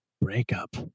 breakup